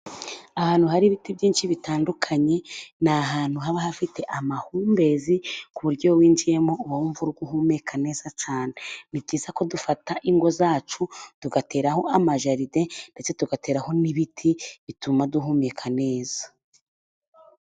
Ahantu hari ibiti byinshi bitandukanye， ni ahantu haba hafite amahumbezi， ku buryo iyo winjiyemo uba wumva uhumeka neza cyane， ni byiza ko dufata ingo zacu tugateraho amajaride， ndetse tugateraho n'ibiti bituma duhumeka neza.